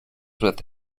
with